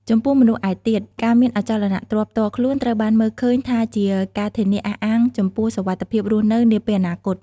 ចំពោះមនុស្សឯទៀត ការមានអចលនទ្រព្យផ្ទាល់ខ្លួនត្រូវបានមើលឃើញថាជាការធានាអះអាងចំពោះសុវត្ថិភាពរស់នៅនាពេលអនាគត។